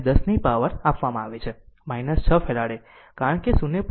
1 10 ની પાવર આપવામાં આવી છે 6 ફેરાડ કારણ કે 0